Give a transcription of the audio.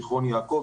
זכרון יעקב,